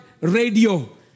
radio